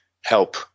help